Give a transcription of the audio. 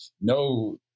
no